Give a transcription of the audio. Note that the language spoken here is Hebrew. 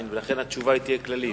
ולכן התשובה תהיה כללית.